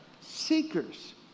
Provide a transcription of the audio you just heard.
Seekers